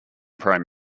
prime